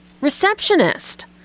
receptionist